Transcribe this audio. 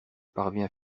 parvient